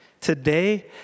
Today